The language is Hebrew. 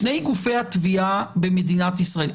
שני גופי התביעה במדינת ישראל,